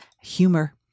humor